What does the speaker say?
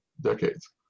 decades